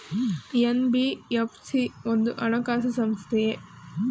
NBFC ಒಂದು ಹಣಕಾಸು ಸಂಸ್ಥೆಯೇ?